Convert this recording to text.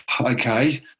okay